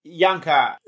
Yanka